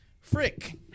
frick